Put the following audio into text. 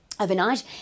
Overnight